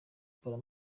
polly